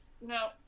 No